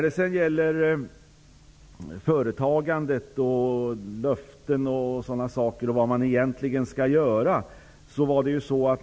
Det har talats om företagandet, om löften och om vad man egentligen skall göra.